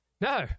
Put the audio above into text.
no